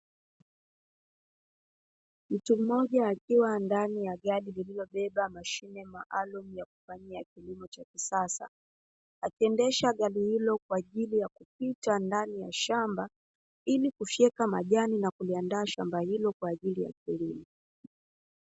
Mtu mmoja akiwa ndani ya gari lililobeba mashine maalumu ya kufanyia kilimo cha kisasa, akiendesha gari hilo kwa ajili ya kupita ndani ya shamba ili kufyeka majani na kuliandaa shamba hilo kwa ajili ya ukulima.